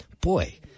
boy